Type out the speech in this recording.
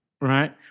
right